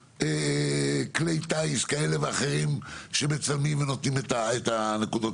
כלי טיס כאלה ואחרים שמצלמים ונותנים את הנקודות